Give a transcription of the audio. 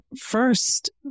first